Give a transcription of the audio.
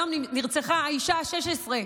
היום נרצחה האישה ה-16.